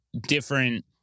different